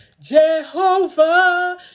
Jehovah